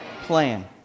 plan